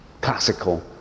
classical